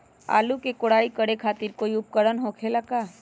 आलू के कोराई करे खातिर कोई उपकरण हो खेला का?